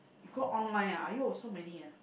you go online ah !aiyo! so many ah